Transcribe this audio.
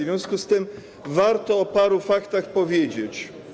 W związku z tym warto o paru faktach powiedzieć.